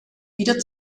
wieder